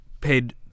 paid